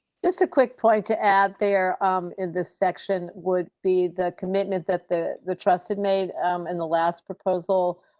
just a quick point to add there in this section would be the commitment that the the trusted made in the last proposal.